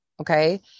Okay